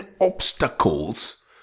obstacles